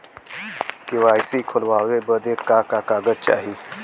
KYC खोलवावे बदे का का कागज चाही?